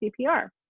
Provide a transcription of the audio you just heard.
CPR